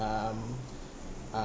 um